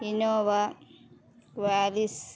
Innova warriors